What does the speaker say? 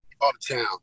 Uptown